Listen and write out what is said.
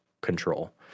control